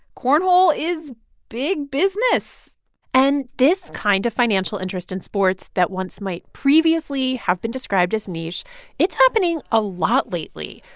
cornhole is big business and this kind of financial interest in sports that once might previously have been described as niche it's happening a lot lately.